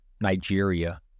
Nigeria